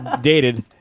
dated